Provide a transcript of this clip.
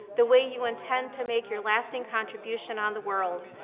the way you intend to make your lasting contribution on the world.